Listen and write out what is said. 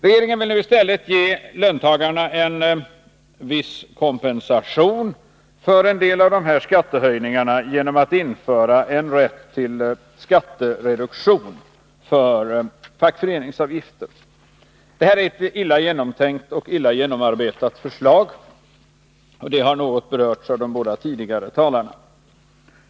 Regeringen vill nu i stället ge löntagarna en viss kompensation för en del av dessa skattehöjningar genom att införa en rätt till skattereduktion för 150 fackföreningsavgifter. Detta är ett illa genomtänkt och illa genomarbetat förslag; det har något berörts av de båda tidigare talarna.